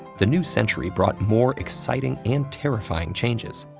the new century brought more exciting and terrifying changes.